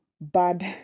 bad